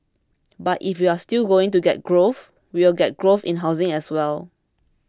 but if we are still going to get growth we will get growth in housing as well